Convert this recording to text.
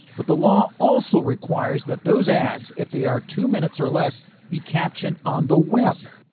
but the law also requires that those ads, if they are two minutes or less, be captioned on the web.